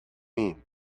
mean